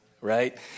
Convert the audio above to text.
right